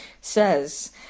says